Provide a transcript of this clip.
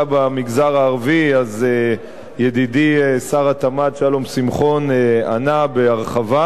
במגזר הערבי ידידי שר התמ"ת שלום שמחון ענה בהרחבה,